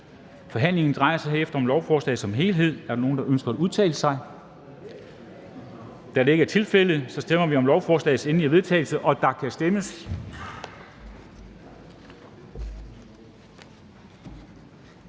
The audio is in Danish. Forhandlingerne drejer sig derefter om lovforslaget som helhed. Er der nogen, der ønsker at udtale sig? Da det ikke er tilfældet, går vi til afstemning. Kl. 13:12 Afstemning